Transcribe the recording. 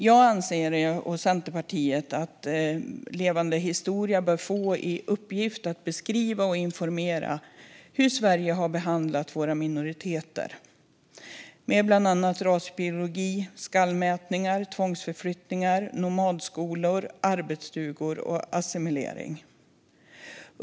Jag och Centerpartiet anser att Forum för levande historia bör få i uppgift att beskriva och informera om hur Sverige har behandlat våra minoriteter med bland annat rasbiologi, skallmätningar, tvångsförflyttningar, nomadskolor, arbetsstugor och assimilering.